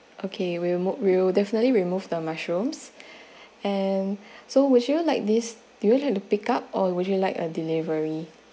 okay we'll move will definitely removed the mushrooms and so would you like this do you like to pick up or would you like a delivery